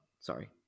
Sorry